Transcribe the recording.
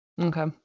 okay